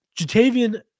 Jatavian